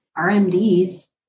RMDs